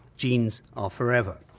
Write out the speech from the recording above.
genes are forever.